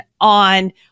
on